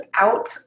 out